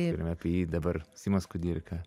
ir apie jį dabar simas kudirka